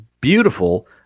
beautiful